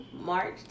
March